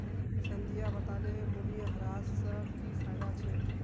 संध्या बताले मूल्यह्रास स की फायदा छेक